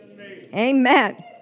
Amen